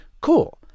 cool